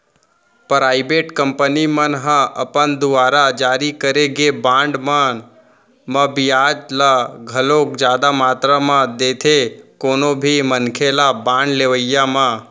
private company मन ह अपन दुवार जारी करे गे बांड मन म बियाज ल घलोक जादा मातरा म देथे कोनो भी मनखे ल बांड लेवई म